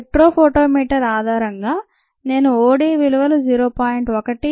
spectrophotometer ఆధారంగా నేను OD విలువలు 0